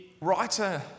writer